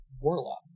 warlock